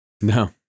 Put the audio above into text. No